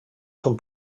són